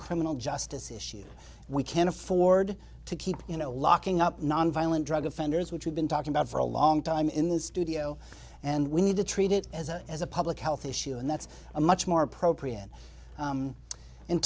criminal justice issue we can afford to keep you know locking up nonviolent drug offenders which we've been talking about for a long time in the studio and we need to treat it as a as a public health issue and that's a much more appropriate